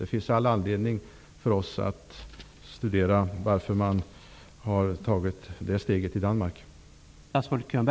Det finns all anledning för oss att studera varför man har tagit det steget i